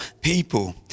people